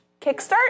kickstart